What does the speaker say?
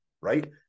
Right